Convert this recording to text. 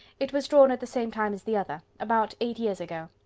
it was drawn at the same time as the other about eight years ago.